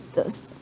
the